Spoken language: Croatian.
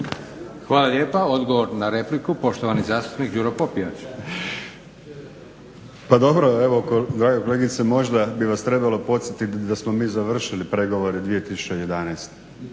Hvala lijepa. Odgovor na repliku poštovani zastupnik Đuro Popijač. **Popijač, Đuro (HDZ)** Pa dobro evo, drag kolegice možda bih vas trebalo podsjetiti da smo mi završili pregovore 2011.,